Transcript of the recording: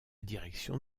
direction